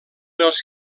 els